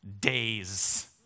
days